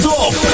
off